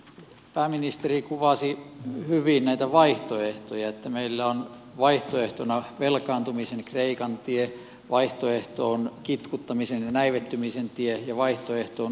pääministeri kuvasi hyvin näitä vaihtoehtoja että meillä on vaihtoehtona velkaantumisen kreikan tie vaihtoehto on kitkuttamisen ja näivettymisen tie ja vaihtoehto on uudistamisen tie